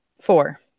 Four